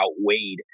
outweighed